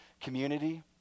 community